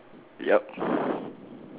yup